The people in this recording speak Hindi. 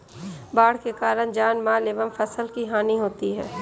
बाढ़ के कारण जानमाल एवं फसल की हानि होती है